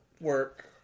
work